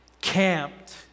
camped